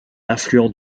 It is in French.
affluent